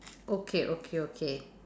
okay okay okay